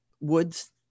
woods